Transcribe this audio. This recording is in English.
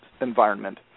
environment